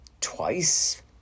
twice